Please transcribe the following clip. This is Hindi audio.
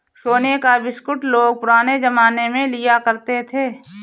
सोने का बिस्कुट लोग पुराने जमाने में लिया करते थे